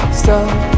stop